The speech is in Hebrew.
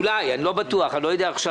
אולי, אני לא בטוח, אני לא יודע עכשיו.